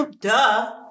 Duh